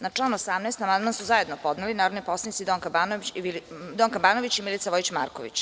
Na član 18. amandman su zajedno podneli narodni poslanici Donka Banović i Milica Vojić Marković.